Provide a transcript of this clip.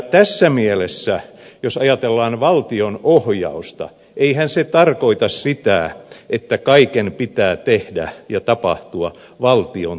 tässä mielessä jos ajatellaan valtion ohjausta eihän se tarkoita sitä että kaikki pitää tehdä ja kaiken tapahtua valtion työnä